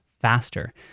faster